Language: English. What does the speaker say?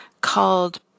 called